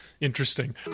Interesting